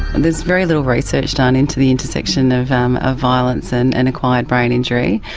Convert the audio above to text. and there's very little research done into the intersection of um of violence and and acquired brain injury.